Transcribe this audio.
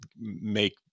make